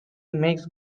makes